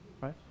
right